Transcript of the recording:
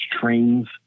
trains